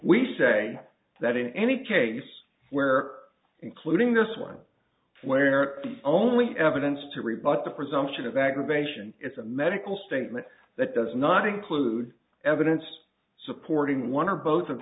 we say that in any case where including this one where the only evidence to rebut the presumption of aggravation it's a medical statement that does not include evidence supporting one or both of